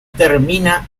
termina